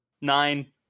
nine